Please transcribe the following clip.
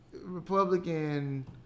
Republican